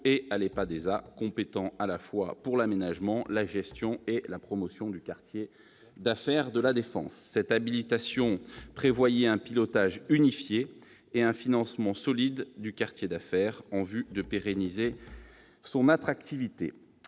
et à l'EPADESA, compétent à la fois pour l'aménagement, la gestion et la promotion du quartier d'affaires de La Défense. Cette habilitation prévoyait un pilotage unifié et un financement solide du quartier d'affaires, en vue de pérenniser son attractivité.